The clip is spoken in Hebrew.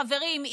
חברים,